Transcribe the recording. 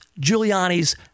Giuliani's